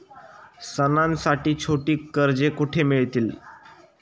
सणांसाठी छोटी कर्जे कुठे मिळतील?